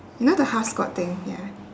you know the half squatting ya